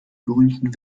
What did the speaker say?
berühmten